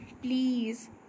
please